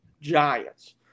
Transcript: giants